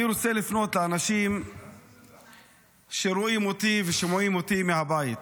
אני רוצה לפנות אל האנשים שרואים אותי ושומעים אותי מהבית,